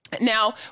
Now